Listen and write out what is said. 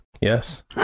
Yes